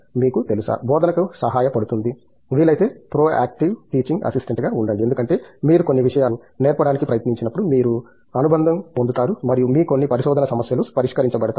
మీకు తెలుసా బోధన సహాయపడుతుంది వీలైతే ప్రోయాక్టివ్ టీచింగ్ అసిస్టెంట్గా ఉండండి ఎందుకంటే మీరు కొన్ని విషయాలు నేర్పడానికి ప్రయత్నించినప్పుడు మీరు అనుబంధం పొందుతారు మరియు మీ కొన్ని పరిశోధన సమస్యలు పరిష్కరించబడతాయి